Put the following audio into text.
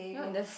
you know in this